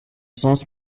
sens